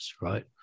right